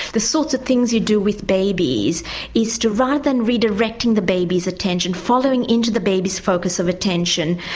the sorts of things you do with babies is to rather than re-directing the baby's attention, following in to the baby's focus of attention.